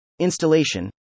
Installation